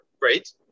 great